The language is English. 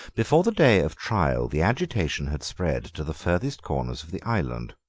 before the day of trial the agitation had spread to the farthest corners of the island.